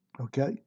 Okay